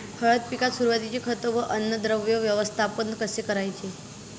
हळद पिकात सुरुवातीचे खत व अन्नद्रव्य व्यवस्थापन कसे करायचे?